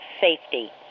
safety